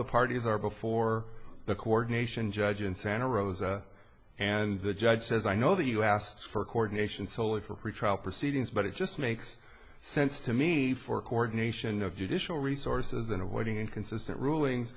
the parties are before the coordination judge in santa rosa and the judge says i know that you asked for coordination solely for pretrial proceedings but it just makes sense to me for coordination of judicial resources in avoiding inconsistent ruling